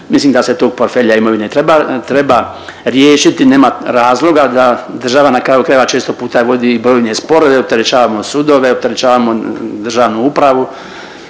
mislim da se tog portfelja imovine treba riješiti, nema razloga da država na kraju krajeva često puta vodi brojne sporove i opeterećavamo sudove, opterećavamo državnu upravu